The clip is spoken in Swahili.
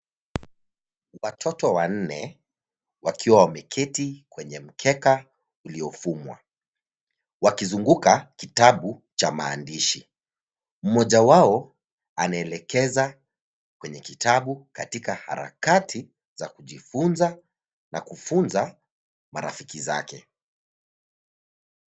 Watoto wanne wakiwa wameketi kwenye mkeka uliofumwa wakizunguka kitabu cha maandishi. Mmoja wao anaelekeza kwenye kitabu katika harakati za kujifunza na kufunza marafiki zake.